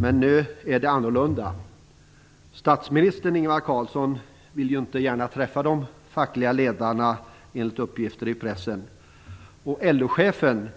Men nu är det annorlunda. Statsminister Ingvar Carlsson vill inte gärna träffa de fackliga ledarna, enligt uppgifter i pressen. LO-chefen